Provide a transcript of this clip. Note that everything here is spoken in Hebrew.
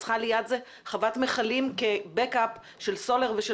את צריכה ליד זה חוות מכלים כגיבוי של סולר ושל